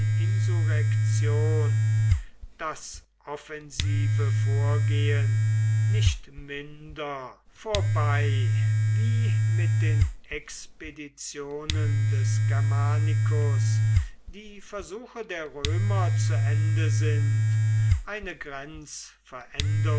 das offensive vorgehen nicht minder vorbei wie mit den expeditionen des germanicus die versuche der römer zu ende sind eine